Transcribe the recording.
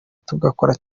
tugakora